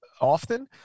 often